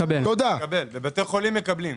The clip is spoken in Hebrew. בבתי חולים מקבלים.